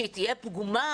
שתהיה פגומה,